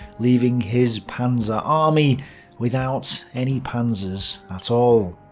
leaving his panzer army without any panzers at all.